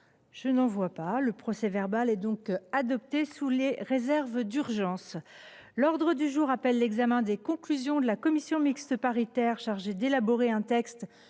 d’observation ?… Le procès verbal est adopté sous les réserves d’usage. L’ordre du jour appelle l’examen des conclusions de la commission mixte paritaire chargée d’élaborer un texte